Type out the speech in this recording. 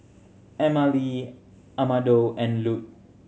Emmalee Amado and Lute